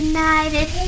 United